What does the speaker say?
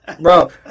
Bro